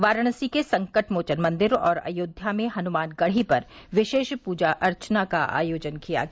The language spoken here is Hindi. वाराणसी के संकटमोचन मंदिर और अयोध्या में हनुमानगढ़ी पर विशेष पूजा अर्चना का आयोजन किया गया